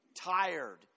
tired